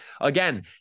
again